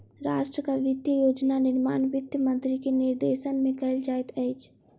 राष्ट्रक वित्तीय योजना निर्माण वित्त मंत्री के निर्देशन में कयल जाइत अछि